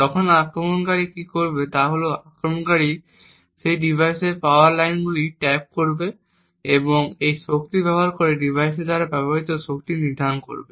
তখন আক্রমণকারী কী করবে তা হল আক্রমণকারী সেই ডিভাইসের পাওয়ার লাইনগুলিকে ট্যাপ করবে এবং এই শক্তি ব্যবহার করে সেই ডিভাইসের দ্বারা ব্যবহৃত শক্তি নিরীক্ষণ করবে